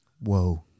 whoa